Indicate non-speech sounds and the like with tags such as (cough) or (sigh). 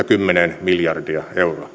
(unintelligible) kymmenen miljardia euroa